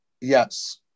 yes